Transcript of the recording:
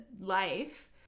life